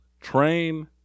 train